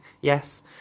yes